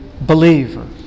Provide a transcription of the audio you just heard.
believer